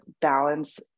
balance